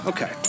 Okay